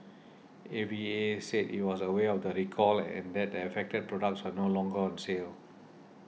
A V A said it was aware of the recall and that the affected products were no longer on sale